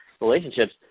relationships